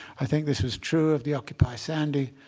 i think this was true of the occupy sandy